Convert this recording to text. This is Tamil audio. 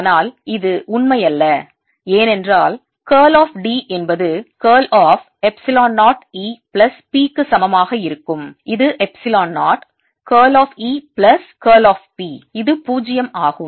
ஆனால் இது உண்மையல்ல ஏனென்றால் curl of D என்பது curl of epsilon 0 E plus P க்கு சமமாக இருக்கும் இது epsilon 0 curl of E plus curl of P இது 0 ஆகும்